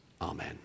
amen